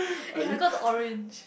ya I got to orange